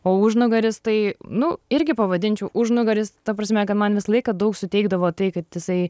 o užnugaris tai nu irgi pavadinčiau užnugaris ta prasme kad man visą laiką daug suteikdavo tai kad jisai